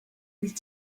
with